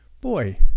boy